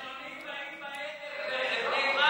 החילונים באים בערב לבני ברק לבלות שם.